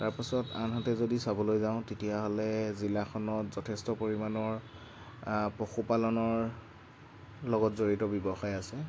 তাৰপাছত আনহাতে যদি চাবলৈ যাওঁ তেতিয়াহ'লে জিলাখনত যথেষ্ট পৰিমাণৰ পশুপালনৰ লগত জড়িত ব্যৱসায় আছে